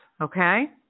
okay